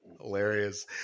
Hilarious